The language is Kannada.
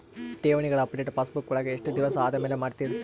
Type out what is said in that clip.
ಠೇವಣಿಗಳ ಅಪಡೆಟ ಪಾಸ್ಬುಕ್ ವಳಗ ಎಷ್ಟ ದಿವಸ ಆದಮೇಲೆ ಮಾಡ್ತಿರ್?